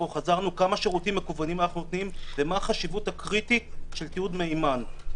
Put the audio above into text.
כמה שירותים מקוונים אנחנו נותנים ומה החשיבות הקריטית של תיעוד מהימן.